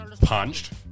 punched